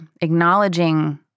Acknowledging